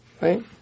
right